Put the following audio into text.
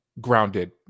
grounded